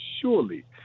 surely